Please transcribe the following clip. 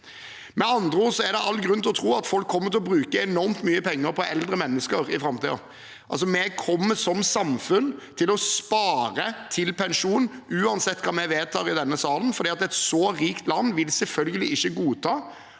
Med andre ord er det all grunn til å tro at man kommer til å bruke enormt mye penger på eldre mennesker i framtiden. Vi kommer som samfunn til å spare til pensjon uansett hva vi vedtar i denne salen, for et så rikt land vil selvfølgelig ikke godta